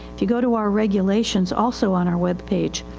if you go to our regulations also on our web page,